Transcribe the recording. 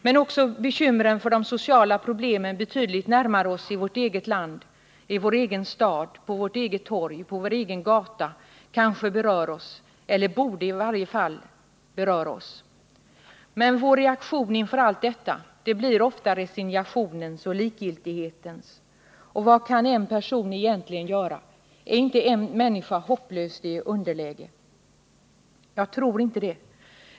Men också bekymren för de sociala problemen betydligt närmare oss — i vårt eget land, i vår egen stad, på vårt eget torg, på vår egen gata — kanske berör oss eller borde i varje fall beröra oss. Men vår reaktion inför allt detta blir ofta resignationens och likgiltighetens. Och vad kan en person egentligen göra? Är inte en människa hopplöst i underläge? Jag tror inte det.